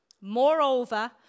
Moreover